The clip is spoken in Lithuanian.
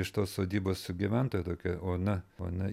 iš tos sodybos gyventojų tokia ona ona